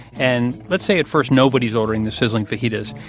and let's say, at first, nobody's ordering the sizzling fajitas.